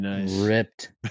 ripped